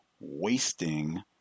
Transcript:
wasting